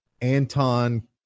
Anton